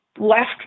left